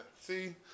See